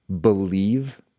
believe